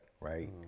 right